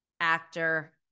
actor